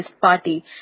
Party